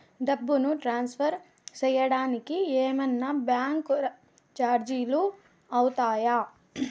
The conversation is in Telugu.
డబ్బును ట్రాన్స్ఫర్ సేయడానికి ఏమన్నా బ్యాంకు చార్జీలు అవుతాయా?